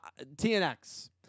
TnX